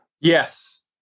yes